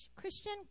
Christian